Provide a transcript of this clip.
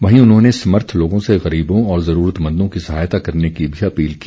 वहीं उन्होंने समर्थ लोगों से गरीबों और जरूरतमंदों की सहायता करने की भी अपील की